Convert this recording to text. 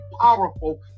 powerful